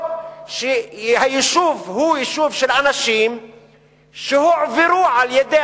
או שהיישוב הוא יישוב של אנשים שהועברו על-ידי